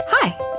Hi